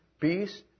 peace